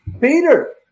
Peter